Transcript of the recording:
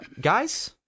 guys